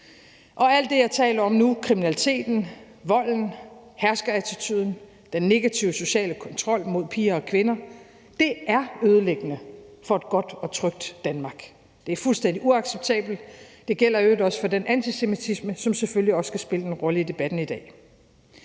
Og alt det, jeg taler om nu – kriminaliteten, volden, herskerattituden og den negative sociale kontrol mod piger og kvinder – er ødelæggende for et godt og trygt Danmark. Det er fuldstændig uacceptabelt. Det gælder i øvrigt også for den antisemitisme, som selvfølgelig også skal spille en rolle i debatten i dag.